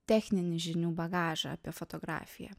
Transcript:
techninį žinių bagažą apie fotografiją